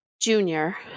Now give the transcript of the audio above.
junior